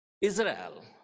Israel